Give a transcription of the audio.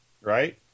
Right